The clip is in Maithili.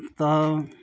तब